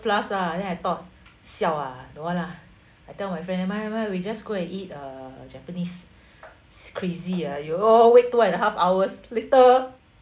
plus lah and then I thought siao ah don't want lah I tell my friend never mind never mind we just go and eat uh japanese it's crazy ah !aiyo! wait two and a half hours later